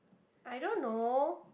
I don't know